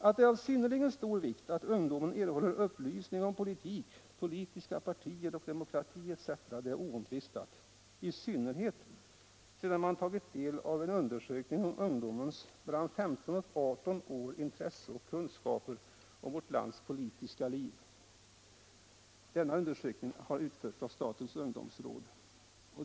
Att det är av synnerligen stor vikt att ungdomen erhåller upplysning om politik, politiska partier och demokrati etc. är oomtvistat, i synnerhet sedan man tagit del av den undersökning om intresset för och kunskaperna om vårt lands politiska liv hos ungdom mellan 15 och 18 år. Denna undersökning har utförts av statens ungdomsråd.